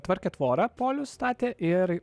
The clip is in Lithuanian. tvarkė tvorą polius statė ir